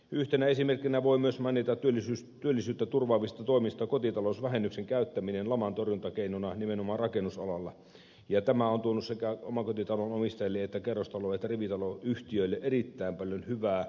yhtenä esimerkkinä työllisyyttä turvaavista toimista voi myös mainita kotitalousvähennyksen käyttämisen lamantorjuntakeinona nimenomaan rakennusalalla ja tämä on tuonut sekä omakotitalon omistajille että kerrostalo että rivitaloyhtiöille erittäin paljon hyvää